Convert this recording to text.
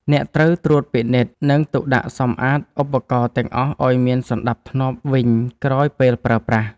អ្នកត្រូវត្រួតពិនិត្យ និងទុកដាក់សម្អាតឧបករណ៍ទាំងអស់ឱ្យមានសណ្ដាប់ធ្នាប់វិញក្រោយពេលប្រើប្រាស់។